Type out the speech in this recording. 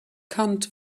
kant